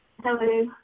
Hello